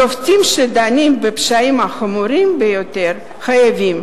שופטים שדנים בפשעים החמורים ביותר חייבים